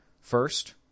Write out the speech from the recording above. First